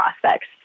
prospects